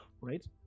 right